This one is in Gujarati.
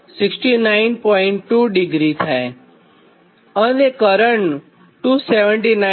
2° થાય અને કરંટ 279